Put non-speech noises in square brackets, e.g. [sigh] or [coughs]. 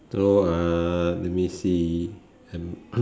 so uh let me see I'm [coughs]